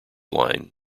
line